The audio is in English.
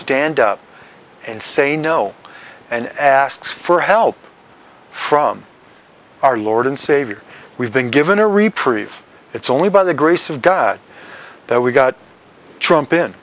stand up and say no and asks for help from our lord and savior we've been given a reprieve it's only by the grace of god that we've got trump in